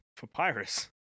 Papyrus